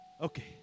Okay